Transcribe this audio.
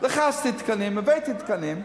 לחצתי, הבאתי תקנים,